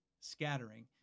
Scattering